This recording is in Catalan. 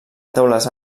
teules